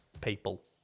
people